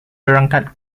berangkat